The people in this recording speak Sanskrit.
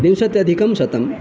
विंशत्यधिकशतम्